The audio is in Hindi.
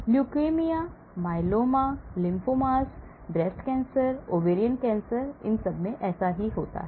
leukaemia myeloma lymphomas breast cancer ovarian cancer ऐसा होता है